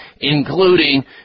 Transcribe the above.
including